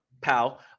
pal